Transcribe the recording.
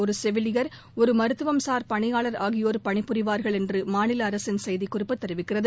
ஒரு செவிலியர் ஒரு மருத்துவம்சார் பணியாளர் ஆகியோர் பணிபுரிவார்கள் என்று மாநில அரசின் செய்திக்குறிப்பு தெரிவிக்கிறது